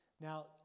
Now